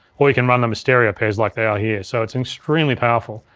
or you can run them as stereo pairs like they are here. so it's extremely powerful.